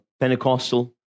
Pentecostal